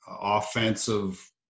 offensive